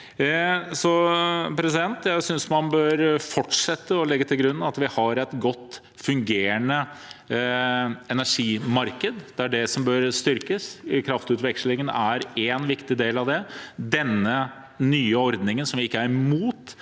Jeg synes man bør fortsette å legge til grunn at vi har et godt fungerende energimarked. Det er det som bør styrkes. Kraftutvekslingen er én viktig del av det. Denne nye ordningen, som vi ikke er imot,